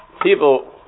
people